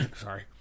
Sorry